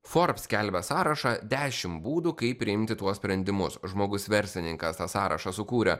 forbs skelbia sąrašą dešimt būdų kaip priimti tuos sprendimus žmogus verslininkas tą sąrašą sukūrė